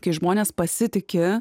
kai žmonės pasitiki